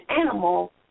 animal